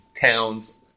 towns